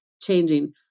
changing